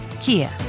Kia